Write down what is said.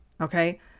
okay